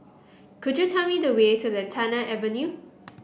could you tell me the way to Lantana Avenue